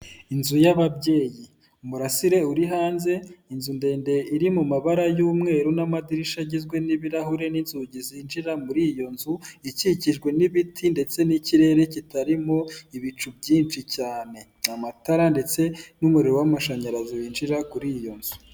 Inzu y'ababyeyi, umurasire uri hanze, inzu ndende iri mu mabara y'umweru n'amadirishya agizwe n'ibirahuri n'inzugi zinjira mur’iyo nzu. Ikikijwe n'ibiti ndetse n'ikirere kitarimo ibicu byinshi cyane, amatara ndetse n'umuriro w'amashanyarazi winjira kur’iyo nzu.